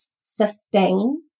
sustain